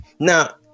now